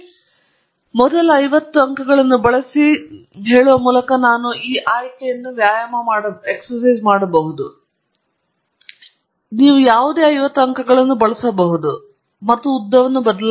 ಆದ್ದರಿಂದ lm ನಲ್ಲಿ ಉಪಮೆಟ್ ಅನ್ನು ಮೊದಲ ಐವತ್ತು ಅಂಕಗಳನ್ನು ಬಳಸಿ ಹೇಳುವ ಮೂಲಕ ನಾನು ಈ ಆಯ್ಕೆಯನ್ನು ವ್ಯಾಯಾಮ ಮಾಡಬಹುದು ನೀವು ಯಾವುದೇ ಒಂದು ಐವತ್ತು ಅಂಕಗಳನ್ನು ಬಳಸಬಹುದು ಅಥವಾ ಉದ್ದವನ್ನು ಬದಲಾಯಿಸಬಹುದು